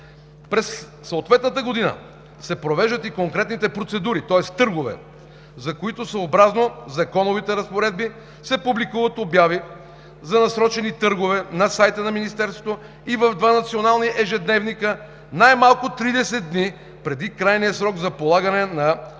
През съответната година се провеждат и конкретните процедури – търгове, за които, съобразно законовите разпоредби, се публикуват обяви за насрочени търгове на сайта на Министерството и в два национални ежедневника най-малко 30 дни преди крайния срок за подаване на